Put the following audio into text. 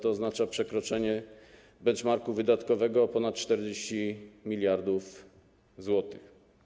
To oznacza przekroczenie benchmarku wydatkowego o ponad 40 mld zł.